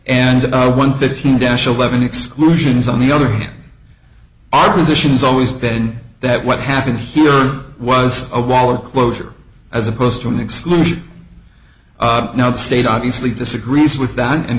and one fifteen dash eleven exclusions on the other hand our position is always been that what happened here was a wall or closure as opposed to an exclusion now the state obviously disagrees with that and